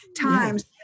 times